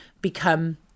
become